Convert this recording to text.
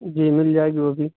جی مل جائے گی وہ بھی